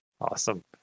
Awesome